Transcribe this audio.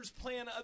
plan